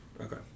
Okay